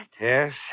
Yes